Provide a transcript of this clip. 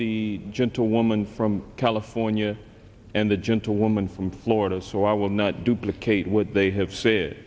the gentlewoman from california and the gentlewoman from florida so i will not duplicate what they have said